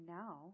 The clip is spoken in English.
now